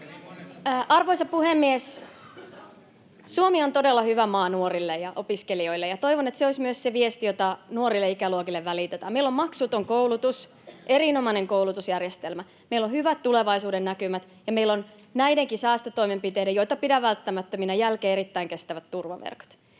Arvoisa puhemies! Suomi on todella hyvä maa nuorille ja opiskelijoille, ja toivon, että se olisi myös se viesti, jota nuorille ikäluokille välitetään. Meillä on maksuton koulutus, erinomainen koulutusjärjestelmä, meillä on hyvät tulevaisuudennäkymät, ja meillä on näidenkin säästötoimenpiteiden — joita pidän välttämättöminä — jälkeen erittäin kestävät turvaverkot.